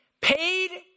paid